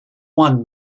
one